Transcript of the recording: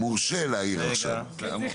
מורשה להעיר עכשיו.